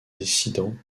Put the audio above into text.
dissidents